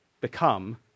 become